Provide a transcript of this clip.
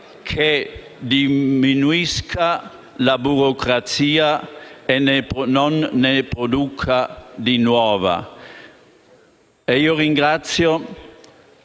che diminuisca la burocrazia e non ne produca di nuova.